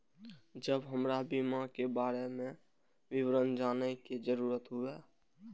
जब हमरा बीमा के बारे में विवरण जाने के जरूरत हुए?